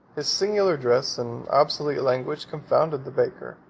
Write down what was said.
his singular dress, and obsolete language, confounded the baker,